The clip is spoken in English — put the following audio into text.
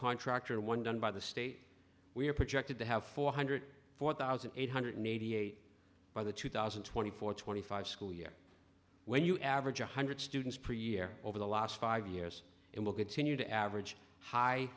contractor and one done by the state we are projected to have four hundred four thousand eight hundred eighty eight by the two thousand and twenty four twenty five school year when you average one hundred students per year over the last five years and will continue to average hi